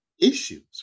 issues